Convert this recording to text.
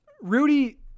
Rudy